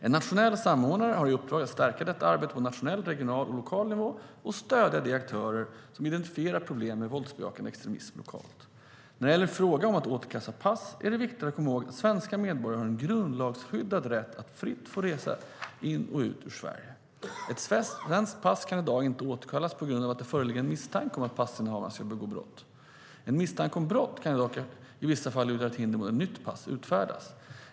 En nationell samordnare har i uppdrag att stärka detta arbete på nationell, regional och lokal nivå och stödja de aktörer som identifierar problem med våldsbejakande extremism lokalt. När det gäller frågan om att återkalla pass är det viktigt att komma ihåg att svenska medborgare har en grundlagsskyddad rätt att fritt få resa in i och ut ur Sverige. Ett svenskt pass kan i dag inte återkallas på grund av att det föreligger en misstanke om att passinnehavaren ska begå ett brott. En misstanke om brott kan dock i vissa fall utgöra hinder mot att ett nytt pass utfärdas.